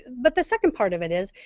but the second part of it is,